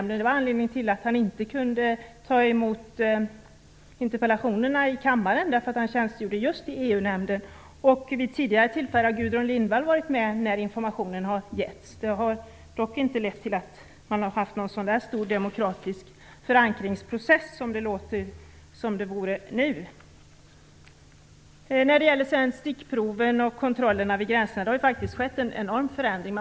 Det var anledningen till att han inte kunde ta emot interpellationssvar i kammaren - han tjänstgjorde just i EU-nämnden. Vid tidigare tillfällen har Gudrun Lindvall varit med när informationen har getts. Det har dock inte lett till någon stor demokratisk förankringsprocess, som det nu låter som att det har varit. När det gäller stickproverna och kontrollerna vid gränserna har det skett en enorm förändring.